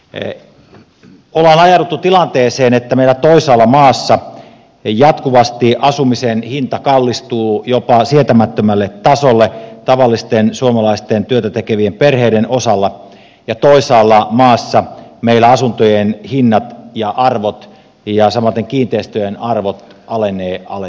ollaan ajauduttu tilanteeseen että meillä toisaalla maassa jatkuvasti asumisen hinta kallistuu jopa sietämättömälle tasolle tavallisten suomalaisten työtätekevien perheiden osalta ja toisaalla maassa meillä asuntojen hinnat ja arvot ja samaten kiinteistöjen arvot alenevat alenemistaan